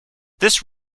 this